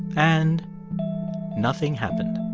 and nothing happened.